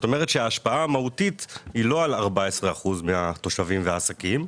ההשפעה המהותית היא לא על כ-14% מהתושבים ומהעסקים,